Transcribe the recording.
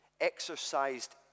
exercised